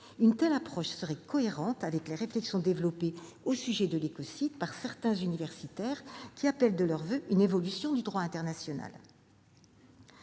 Une telle approche serait cohérente avec les réflexions développées au sujet de l'écocide par certains universitaires, qui appellent de leurs voeux une évolution du droit international.